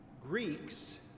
Greeks